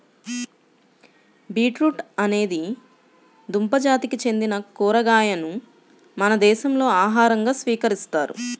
beetroot అనేది దుంప జాతికి చెందిన కూరగాయను మన దేశంలో ఆహారంగా స్వీకరిస్తారు